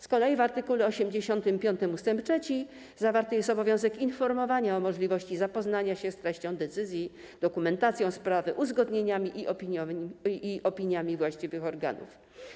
Z kolei w art. 85 ust. 3 zawarty jest obowiązek informowania o możliwości zapoznania się z treścią decyzji, dokumentacją sprawy, uzgodnieniami i opiniami właściwych organów.